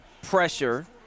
pressure